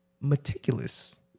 meticulous